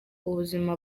ubuzima